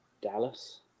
Dallas